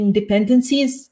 dependencies